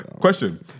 Question